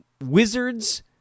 Wizards